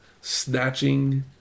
snatching